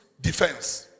defense